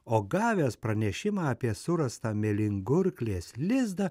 o gavęs pranešimą apie surastą mėlyngurklės lizdą